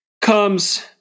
comes